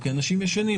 כי אנשים ישנים,